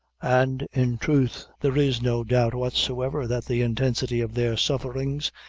and in truth there is no doubt whatsoever, that the intensity of their sufferings,